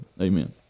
Amen